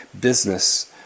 business